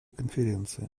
конференции